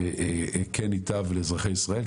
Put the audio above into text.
כן ייטב לאזרחי ישראל.